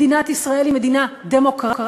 מדינת ישראל היא מדינה דמוקרטית.